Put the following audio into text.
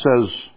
says